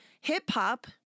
hip-hop